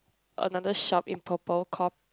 another shop in purple call